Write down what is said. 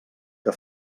que